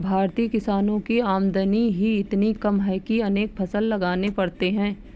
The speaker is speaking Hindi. भारतीय किसानों की आमदनी ही इतनी कम है कि अनेक फसल लगाने पड़ते हैं